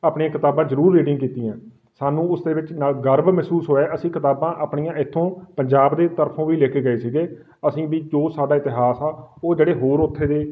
ਆਪਣੀਆਂ ਕਿਤਾਬਾਂ ਜ਼ਰੂਰ ਰੀਡਿੰਗ ਕੀਤੀਆਂ ਸਾਨੂੰ ਉਸ ਦੇ ਵਿੱਚ ਨਾਲ ਗਰਬ ਮਹਿਸੂਸ ਹੋਇਆ ਅਸੀਂ ਕਿਤਾਬਾਂ ਆਪਣੀਆਂ ਇੱਥੋਂ ਪੰਜਾਬ ਦੇ ਤਰਫੋਂ ਵੀ ਲੈ ਕੇ ਗਏ ਸੀਗੇ ਅਸੀਂ ਵੀ ਜੋ ਸਾਡਾ ਇਤਿਹਾਸ ਆ ਉਹ ਜਿਹੜੇ ਹੋਰ ਉੱਥੇ ਦੇ